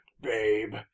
babe